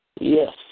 Yes